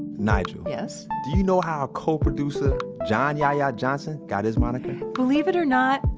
nigel? yes? do you know how a co-producer john yahya johnson got his moniker? believe it or not,